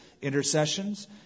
intercessions